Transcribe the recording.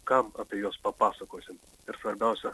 kam apie juos papasakosim ir svarbiausia